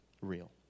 real